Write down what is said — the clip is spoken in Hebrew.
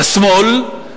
"השמאל",